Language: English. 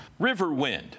Riverwind